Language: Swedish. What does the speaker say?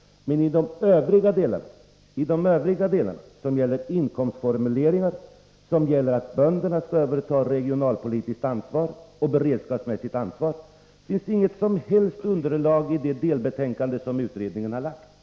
Men i de övriga delarna av propositionen, som gäller inkomstformuleringar och sådana saker som att bönderna skall överta ett regionalpolitiskt och beredskapsmässigt ansvar, finns det inget som helst underlag i det delbetänkande som utredningen har lagt fram.